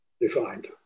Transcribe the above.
defined